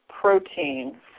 protein